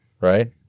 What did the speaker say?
Right